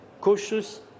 cautious